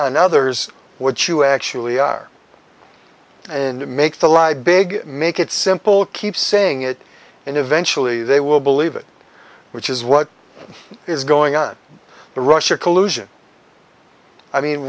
and others what you actually are and make the lie big make it simple keep saying it and eventually they will believe it which is what is going on the rush of collusion i mean